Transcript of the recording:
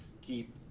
keep